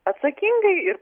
atsakingai ir